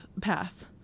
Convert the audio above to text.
path